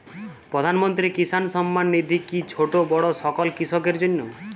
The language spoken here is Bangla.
প্রধানমন্ত্রী কিষান সম্মান নিধি কি ছোটো বড়ো সকল কৃষকের জন্য?